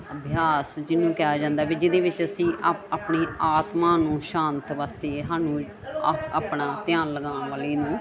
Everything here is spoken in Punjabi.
ਅਭਿਆਸ ਜਿਹਨੂੰ ਜਾਂਦਾ ਵੀ ਜਿਹਦੇ ਵਿੱਚ ਅਸੀਂ ਆਪ ਆਪਣੀ ਆਤਮਾ ਨੂੰ ਸ਼ਾਂਤ ਵਾਸਤੇ ਸਾਨੂੰ ਆ ਆਪਣਾ ਧਿਆਨ ਲਗਾਉਣ ਵਾਲੀ ਨੂੰ